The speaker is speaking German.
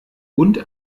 und